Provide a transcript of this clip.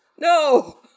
No